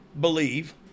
believe